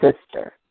sister